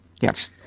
yes